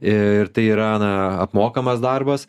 ir tai yra na apmokamas darbas